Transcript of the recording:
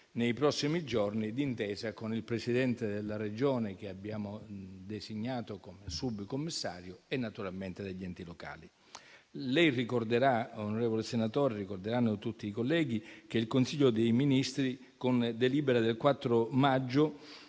nei prossimi giorni, d'intesa con il Presidente della Regione che abbiamo designato come subcommissario, e naturalmente degli enti locali. Lei e tutti i colleghi ricorderete che il Consiglio dei ministri, con delibera del 4 maggio,